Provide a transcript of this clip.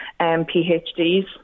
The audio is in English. PhDs